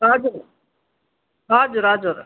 हजुर हजुर हजुर